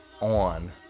on